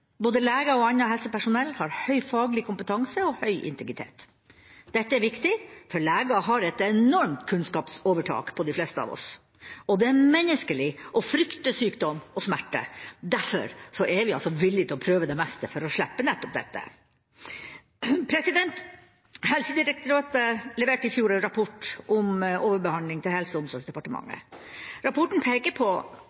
Både leger og annet helsepersonell har høy faglig kompetanse og høy integritet. Dette er viktig, for leger har et enormt kunnskapsovertak på de fleste av oss, og det er menneskelig å frykte sykdom og smerte – og derfor er vi altså villige til å prøve det meste for å slippe nettopp dette. Helsedirektoratet leverte i fjor en rapport om overbehandling til Helse- og omsorgsdepartementet.